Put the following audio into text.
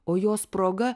o jos proga